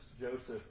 Joseph